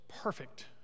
perfect